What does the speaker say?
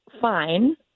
fine